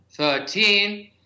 Thirteen